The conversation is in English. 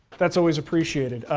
that's always appreciated.